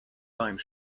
time